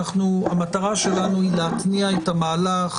המטרה שלנו היא להתניע את המהלך,